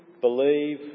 believe